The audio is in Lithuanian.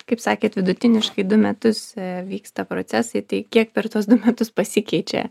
kaip sakėt vidutiniškai du metus vyksta procesai tai kiek per tuos du metus pasikeičia